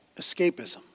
escapism